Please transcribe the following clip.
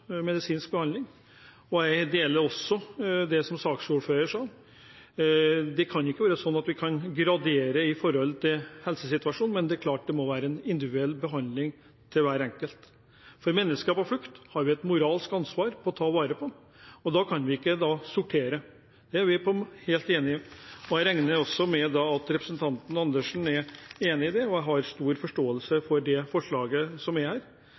medisinsk behandling. Og jeg deler også det som saksordføreren sa, at det kan ikke være slik at vi skal gradere folk etter helsesituasjonen, men det er klart at det må være en individuell behandling av hver enkelt. Mennesker på flukt har vi et moralsk ansvar for å ta vare på, og da kan vi ikke sortere. Det er vi helt enig i, og jeg regner også med at representanten Karin Andersen er enig i det. Jeg har stor forståelse for det forslaget som ligger her, og jeg synes det er